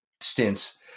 stints